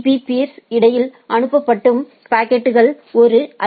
பீ peers க்கு இடையில் அனுப்பப்படும் பாக்கெட்கள் ஒரு ஐ